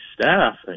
staff